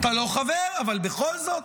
אתה לא חבר, אבל בכל זאת,